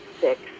six